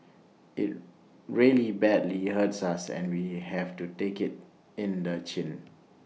IT really badly hurts us and we have to take IT in the chin